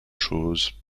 choses